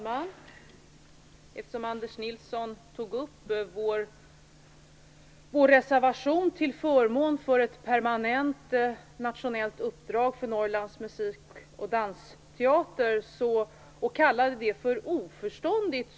Fru talman! Anders Nilsson tog upp Miljöpartiets reservation till förmån för ett permanent nationellt uppdrag för Norrlands Musik och dansteater och kallade den oförståndig.